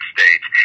States